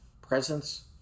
Presence